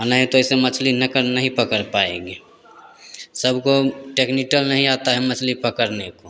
और नहीं तो ऐसे मछली नहीं पकड़ पाएंगे सबको टेक्निकल नहीं आता है मछली पकड़ने को